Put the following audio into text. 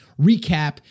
recap